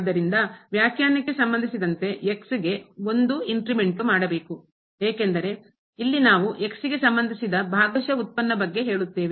ಆದ್ದರಿಂದ ವ್ಯಾಖ್ಯಾನಕೆ ಸಂಬಂಧಿಸಿದಂತೆ ಗೆ ಒಂದು ಇನ್ಕ್ರಿಮೆಂಟ್ ಮಾಡಬೇಕು ಏಕೆಂದರೆ ಇಲ್ಲಿ ನಾವು ಗೆ ಸಂಬಂಧಿಸಿದ ಭಾಗಶಃ ಉತ್ಪನ್ನ ಬಗ್ಗೆ ಹೇಳುತ್ತೇವೆ